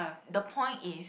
the point is